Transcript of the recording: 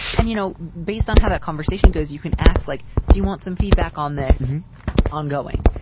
and, you know, based on how that conversation goes, you can ask, like, do you want some feedback on this ongoing?